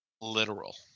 literal